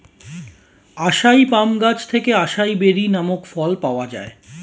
আসাই palm গাছ থেকে acai berry নামক ফল পাওয়া যায়